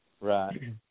Right